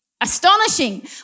astonishing